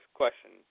question